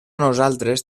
nosaltres